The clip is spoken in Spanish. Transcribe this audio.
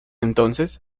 entonces